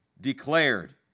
declared